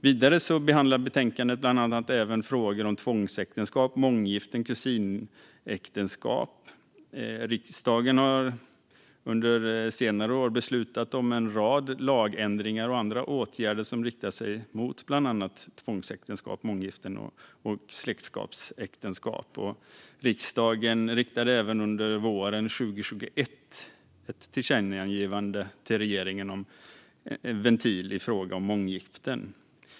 Vidare behandlar betänkandet även frågor om tvångsäktenskap, månggiften och kusinäktenskap. Riksdagen har under senare år beslutat om en rad lagändringar och andra åtgärder som riktar sig mot bland annat tvångsäktenskap, månggiften och släktskapsäktenskap. Riksdagen riktade även under våren 2021 ett tillkännagivande till regeringen om en ventil i fråga om månggiften.